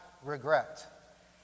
Regret